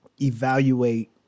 evaluate